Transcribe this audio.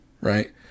right